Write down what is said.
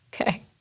Okay